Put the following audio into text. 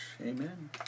Amen